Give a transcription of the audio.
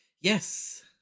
Yes